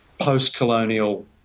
post-colonial